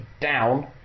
down